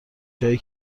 جایی